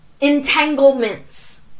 entanglements